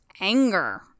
anger